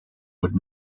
would